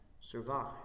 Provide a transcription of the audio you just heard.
survive